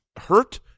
hurt